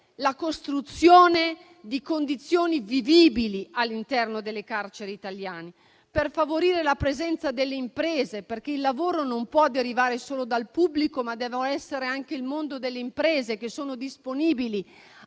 la costruzione di condizioni vivibili all'interno delle carceri italiani e favorire la presenza delle imprese. Infatti, il lavoro non può derivare solo dal pubblico, ma anche il mondo delle imprese deve essere disponibile